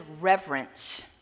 reverence